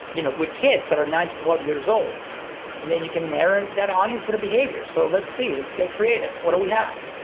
you know, with kids that are nine to twelve years old and then you can narrow that audience with a behavior. so let's see, let's get creative. what do we have,